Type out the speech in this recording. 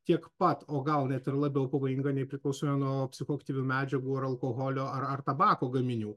tiek pat o gal net ir labiau pavojinga nei priklausomybė nuo psichoaktyvių medžiagų ar alkoholio ar ar tabako gaminių